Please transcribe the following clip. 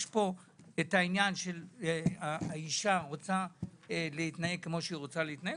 יש פה עניין שהאישה רוצה להתנהג כמו שהיא רוצה להתנהג,